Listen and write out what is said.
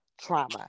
trauma